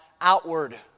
outward